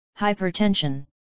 Hypertension